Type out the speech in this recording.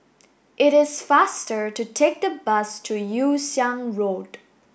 it is faster to take the bus to Yew Siang Road